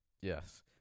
yes